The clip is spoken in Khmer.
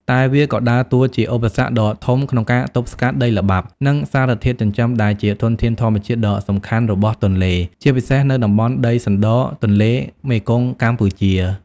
តែវាក៏ដើរតួជាឧបសគ្គដ៏ធំក្នុងការទប់ស្កាត់ ដីល្បាប់ និងសារធាតុចិញ្ចឹម ដែលជាធនធានធម្មជាតិដ៏សំខាន់របស់ទន្លេ ជាពិសេសនៅតំបន់ដីសណ្ដរទន្លេមេគង្គកម្ពុជា។